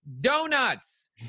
donuts